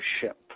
ship